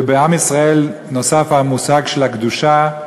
ובעם ישראל נוסף המושג של הקדושה,